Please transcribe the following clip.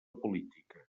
política